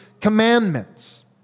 commandments